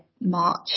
March